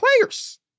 players